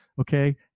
Okay